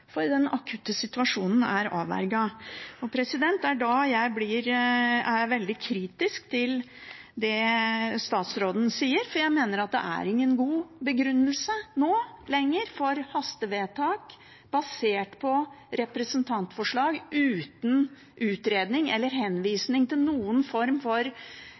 for den akutte situasjonen er avverget. Det er da jeg er veldig kritisk til det statsråden sier, for jeg mener at det ikke nå lenger er noen god begrunnelse for et hastevedtak basert på representantforslag – uten utredning eller henvisning til noen form for